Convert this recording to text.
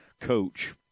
coach